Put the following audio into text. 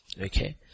okay